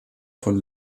von